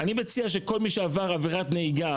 אני מציע שכל מי שעבר עבירת נהיגה,